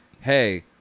hey